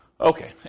Okay